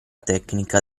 tecnica